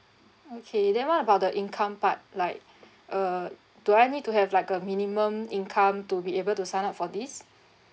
okay then what about the income part like uh do I need to have like a minimum income to be able to sign up for this